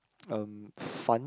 um fun